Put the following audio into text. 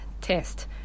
test